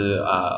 就这样